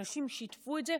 אנשים שיתפו את זה,